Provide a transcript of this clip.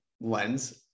lens